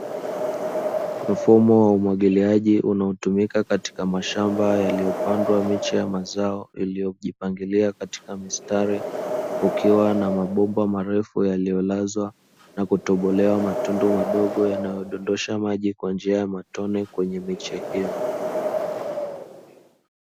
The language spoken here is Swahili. Mfumo wa umwagiliaji unaotumika katika mashamba yaliyopandwa miche ya mazao yaliyojipangilia katika mistari, kukiwa na mabomba marefu yaliyolazwa na kutobolewa matundu madogo yanayodondosha maji kwa njia ya matone kwenye miche hiyo.